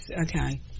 okay